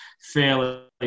fairly